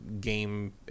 game